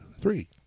Three